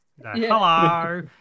Hello